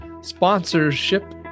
sponsorship